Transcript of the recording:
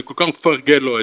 אני כל כך מפרגן לו,